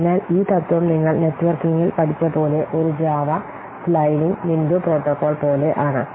അതിനാൽ ഈ തത്വം നിങ്ങൾ നെറ്റ്വർക്കിംഗിൽ പഠിച്ച പോലെ ഒരു ജാവ സ്ലൈഡിംഗ് വിൻഡോ പ്രോട്ടോക്കോൾ പോലെ ആണ്